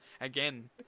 again